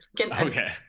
Okay